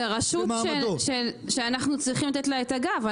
זו רשות שאנחנו צריכים לתת לה את הגב.